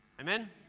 Amen